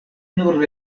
nur